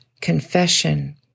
confession